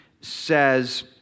says